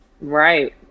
Right